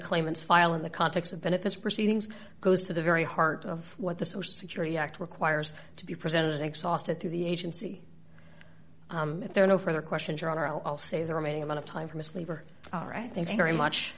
claimants file in the context of benefits proceedings goes to the very heart of what the social security act requires to be presented and exhausted through the agency if there are no further questions or are i'll say the remaining amount of time for sleep are all right thank you very much